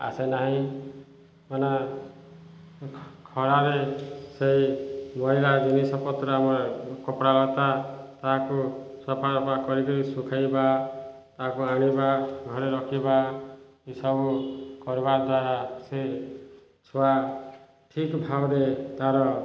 ଆସେ ନାହିଁ ମାନେ ଖରାରେ ସେଇ ମଇଳା ଜିନିଷପତ୍ର ଆମର କପଡ଼ା ତାହାକୁ ସଫା କରି ଶୁଖେଇବା ତାକୁ ଆଣିବା ଘରେ ରଖିବା ଏସବୁ କରିବା ଦ୍ୱାରା ସେ ଛୁଆ ଠିକ୍ ଭାବରେ ତାର